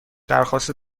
درخواست